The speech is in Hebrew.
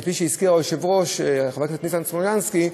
כפי שהזכיר היושב-ראש חבר הכנסת ניסן סלומינסקי,